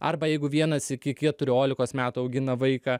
arba jeigu vienas iki keturiolikos metų augina vaiką